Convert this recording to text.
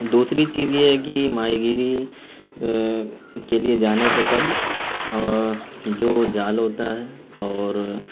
دوسری چیز یہ ہے کہ ماہی گیری کے لیے جانے سے قبل جو جال ہوتا ہے اور